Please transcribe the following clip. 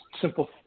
simple